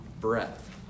breath